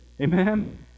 amen